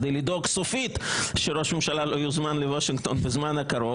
כדי לדאוג סופית שראש הממשלה לא יוזמן לוושינגטון בזמן הקרוב.